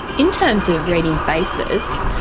in terms of reading faces,